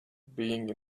being